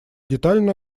детально